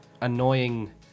Annoying